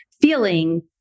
feeling